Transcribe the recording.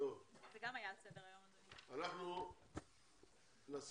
אנחנו נקרא